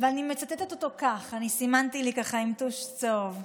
אני מצטטת אותו כך, סימנתי לי עם טוש צהוב: